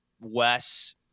Wes